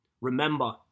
Remember